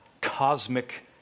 cosmic